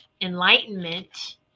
enlightenment